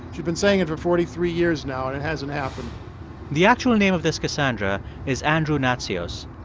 she's been saying it for forty three years now, and it hasn't happened the actual name of this cassandra is andrew natsios.